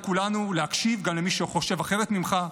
לכולנו: להקשיב גם למי שחושב אחרת ממך,